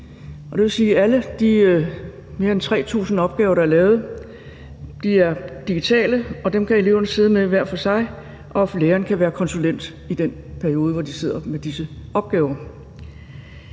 alle de mere end 3.000 opgaver, der er lavet, bliver digitale, og dem kan eleverne sidde med hver for sig, og læreren kan i den periode, hvor de sidder med disse opgaver,